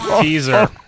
Teaser